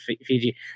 Fiji